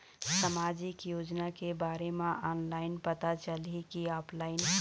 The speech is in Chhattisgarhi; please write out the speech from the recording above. सामाजिक योजना के बारे मा ऑनलाइन पता चलही की ऑफलाइन?